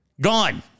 Gone